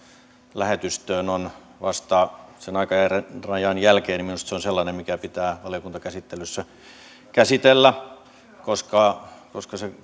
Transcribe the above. lähetystöön on vasta sen aikarajan jälkeen on sellainen mikä pitää valiokuntakäsittelyssä käsitellä koska se